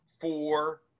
four